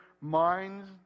minds